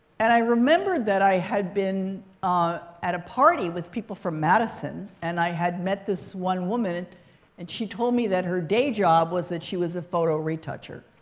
and i remembered that i had been at a party with people from madison. and i had met this one woman. and and she told me that her day job was that she was a photo-retoucher.